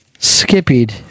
skippied